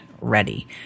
ready